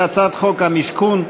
והצעת חוק המשכון,